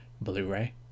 Blu-ray